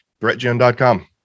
Threatgen.com